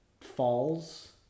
falls